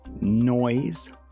noise